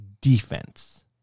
defense